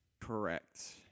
Correct